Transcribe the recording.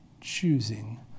choosing